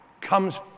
comes